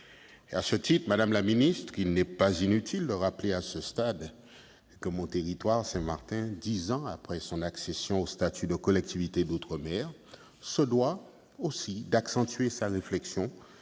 74 de notre Constitution. Il n'est pas inutile de rappeler à ce stade que mon territoire, Saint-Martin, dix ans après son accession au statut de collectivité d'outre-mer, se doit d'accentuer sa réflexion